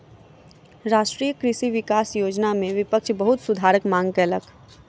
राष्ट्रीय कृषि विकास योजना में विपक्ष बहुत सुधारक मांग कयलक